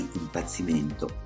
impazzimento